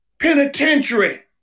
penitentiary